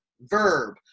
verb